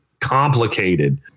complicated